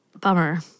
bummer